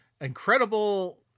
incredible